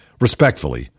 Respectfully